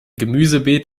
gemüsebeet